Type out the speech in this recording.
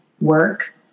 work